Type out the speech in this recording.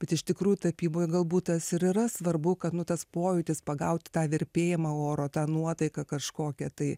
bet iš tikrųjų tapyboj galbūt tas ir yra svarbu kad nu tas pojūtis pagaut tą virpėjimą oro tą nuotaiką kažkokią tai